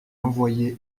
envoyer